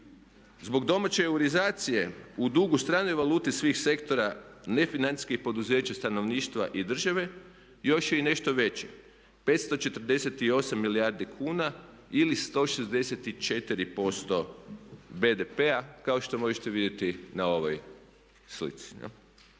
Zbog domaće eurizacije u dugu strane valute svih sektora nefinancijskih poduzeća, stanovništva i države još je i nešto veći, 548 milijardi kuna ili 164% BDP-a kao što možete vidjeti na ovoj slici.